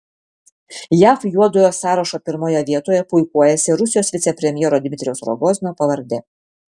jav juodojo sąrašo pirmoje vietoje puikuojasi rusijos vicepremjero dmitrijaus rogozino pavardė